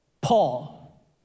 Paul